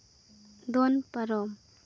ᱫᱚᱱ ᱯᱟᱨᱚᱢ